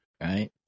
Right